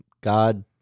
god